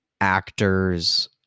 actors